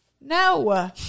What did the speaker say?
No